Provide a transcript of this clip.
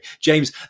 James